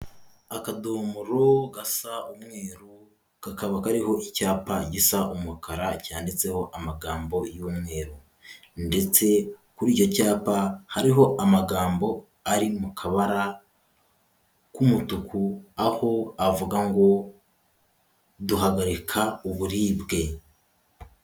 Akadomoro gasa umweru kakaba kariho icyapa gisa umukara cyanditseho amagambo y'umweru, ndetse kuri icyo cyapa hariho amagambo ari mu kabara k'umutuku aho avuga ngo, duhagarika uburibwe.